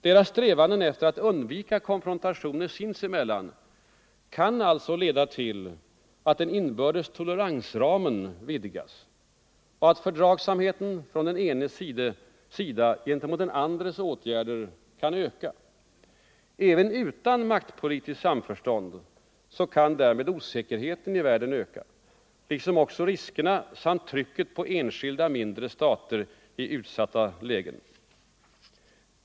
Deras strävanden efter att undvika konfrontationer sinsemellan kan alltså leda till att den inbördes toleransramen vidgas och att fördragsamheten från den enes sida gentemot den andres åtgärder kan öka. Även utan maktpolitiskt samförstånd kan därmed osäkerheten i världen öka, liksom också riskerna för och trycket på enskilda mindre stater i utsatta lägen.